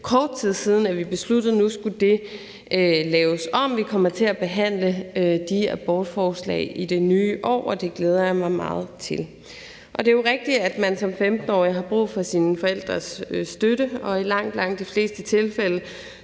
kort tid siden, at vi besluttede, at nu skulle det laves om. Vi kommer til at behandle de abortforslag i det nye år, og det glæder jeg mig meget til. Det er jo rigtigt, at man som 15-årig har brug for sine forældres støtte, og i langt, langt de fleste tilfælde